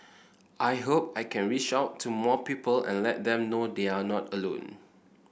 I hope I can reach out to more people and let them know they're not alone